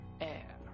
air